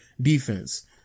defense